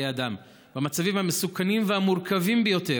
אדם במצבים המסוכנים והמורכבים ביותר,